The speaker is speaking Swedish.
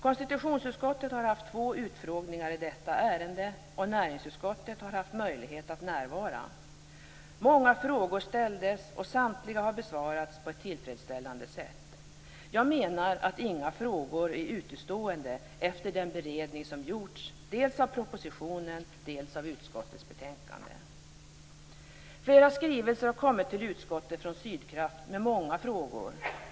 Konstitutionsutskottet har haft två utfrågningar i detta ärende, och näringsutskottet har haft möjlighet att närvara. Många frågor ställdes och samtliga har besvarats på ett tillfredsställande sätt. Jag menar att inga frågor är utestående efter den beredning som gjorts dels av propositionen, dels av utskottets betänkande. Flera skrivelser har kommit till utskottet från Sydkraft med många frågor.